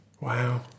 Wow